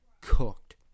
cooked